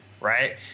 Right